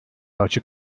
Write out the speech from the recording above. açık